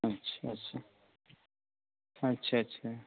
अच्छा अच्छा अच्छा अच्छा